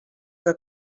que